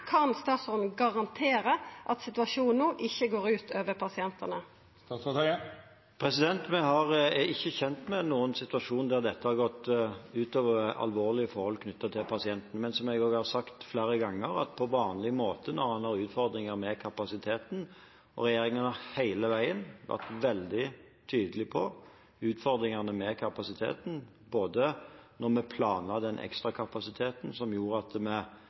Kan statsråden garantera at situasjonen no ikkje går ut over pasientane? Vi er ikke kjent med noen situasjon med alvorlige forhold der dette har gått ut over pasienter. Men, som jeg også har sagt flere ganger, har regjeringen hele veien vært veldig tydelig på utfordringene med kapasiteten, både da vi planla den ekstra kapasiteten som gjorde at